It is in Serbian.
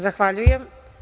Zahvaljujem.